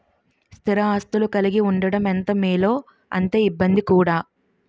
స్థిర ఆస్తులు కలిగి ఉండడం ఎంత మేలో అంతే ఇబ్బంది కూడా